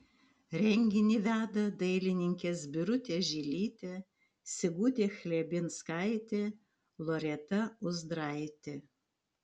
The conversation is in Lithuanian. renginį veda dailininkės birutė žilytė sigutė chlebinskaitė loreta uzdraitė